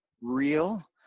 real